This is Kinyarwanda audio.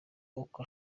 uko